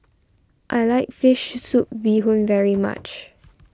I like Fish Soup Bee Hoon very much